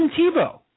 Tebow